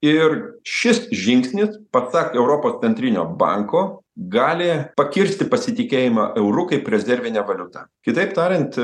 ir šis žingsnis pasak europos centrinio banko gali pakirsti pasitikėjimą euru kaip rezervine valiuta kitaip tariant